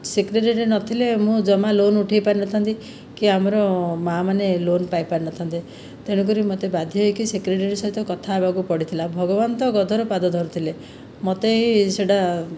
secretary ନଥିଲେ ମୁଁ ଯମା ଲୋନ ଉଠାଇପାରିନଥାନ୍ତି କି ଆମର ମାଆମାନେ ଲୋନ ପାଇପାରିନଥାନ୍ତେ ତେଣୁକରି ମୋତେ ବାଧ୍ୟ ହୋଇକି ସେକ୍ରେଟେରୀ ସହିତ କଥା ହେବାକୁ ପଡ଼ିଥିଲା ଭଗବାନ ତ ଗଧର ପାଦ ଧରିଥିଲେ ମୋତେ ହିଁ ସେ'ଟା